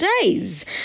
days